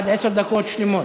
עד עשר דקות שלמות.